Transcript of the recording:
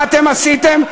מה אתם עשיתם?